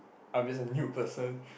I'm just a new person